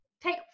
take